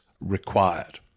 required